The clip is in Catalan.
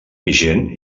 vigent